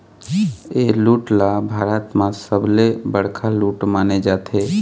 ए लूट ल भारत म सबले बड़का लूट माने जाथे